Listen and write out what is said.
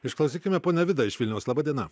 išklausykime ponią vidą iš vilniaus laba diena